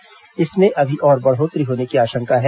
वहीं इसमें अभी और बढ़ोतरी होने की आशंका है